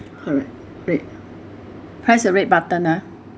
pre~ red press the red button ah